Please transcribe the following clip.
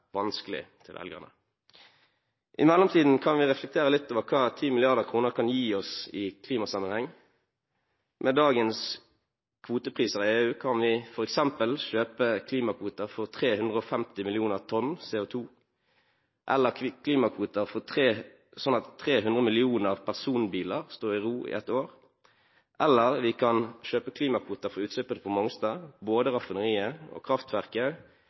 vanskelig, til velgerne. I mellomtiden kan vi reflektere litt over hva 10 mrd. kr kan gi oss i klimasammenheng. Med dagens kvotepriser i EU kan vi f.eks. kjøpe klimakvoter for 350 millioner tonn CO2, vi kan kjøpe klimakvoter slik at 300 millioner personbiler kan stå i ro i ett år, eller vi kan kjøpe klimakvoter for utslippene på Mongstad, både raffineriet og kraftverket,